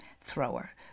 thrower